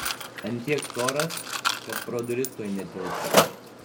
ant tiek storas kad pro duris tuoj netilps